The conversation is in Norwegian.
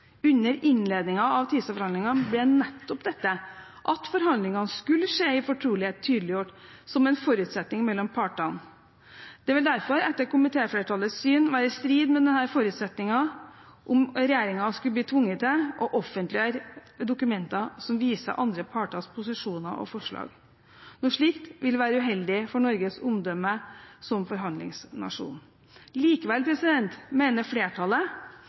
Under innledningen av TISA-forhandlingene ble nettopp dette, at forhandlingene skulle skje i fortrolighet, tydeliggjort som en forutsetning mellom partene. Det vil derfor etter komitéflertallets syn være i strid med denne forutsetningen om regjeringen skulle bli tvunget til å offentliggjøre dokumenter som viser andre parters posisjoner og forslag. Noe slikt ville være uheldig for Norges omdømme som forhandlingsnasjon. Likevel mener flertallet